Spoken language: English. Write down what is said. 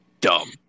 dumb